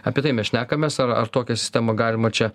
apie tai mes šnekamės ar ar tokią sistemą galima čia